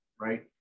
right